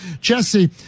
Jesse